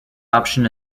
option